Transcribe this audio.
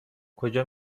کجا